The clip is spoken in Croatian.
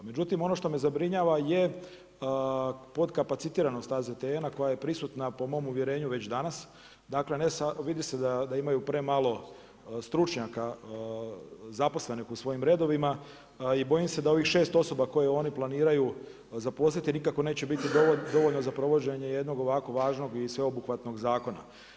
Međutim ono što me zabrinjava je podkapacitiranost AZTN-a koja je prisutna po mom uvjerenju već danas, dakle vidi se da imaju premalo stručnjaka zaposlenih u svojim redovima i bojim se da ovih 6 osoba koje oni planiraju zaposliti nikako neće biti dovoljno za provođenje jednog ovako važno i sveobuhvatnog zakona.